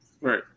right